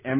એમ